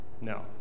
No